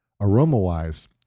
Aroma-wise